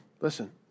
listen